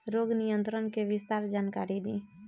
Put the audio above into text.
रोग नियंत्रण के विस्तार जानकारी दी?